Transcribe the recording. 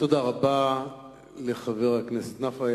תודה רבה לחבר הכנסת נפאע.